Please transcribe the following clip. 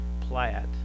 Platt